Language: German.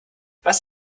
was